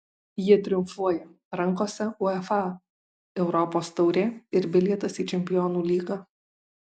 jie triumfuoja rankose uefa europos taurė ir bilietas į čempionų lygą